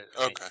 Okay